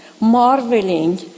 marveling